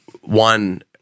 one